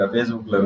Facebook